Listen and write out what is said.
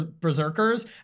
berserkers